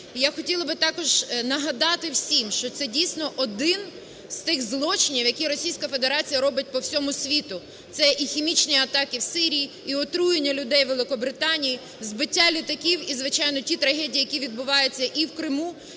я хотіла би також нагадати всім, що це, дійсно, один з тих злочинів, які Російська Федерація робить по всьому світу. Це і хімічні атаки в Сирії, і отруєння людей у Великобританії, збиття літаків, і, звичайно, ті трагедії, які відбуваються і в Криму,